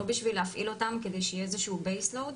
לא בשביל להפעיל אותן כדי שיהיה איזשהו base load.